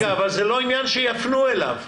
זה לא עניין שיפנו אליו,